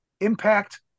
impact